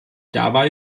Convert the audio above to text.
dabei